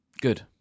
good